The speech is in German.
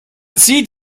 sieht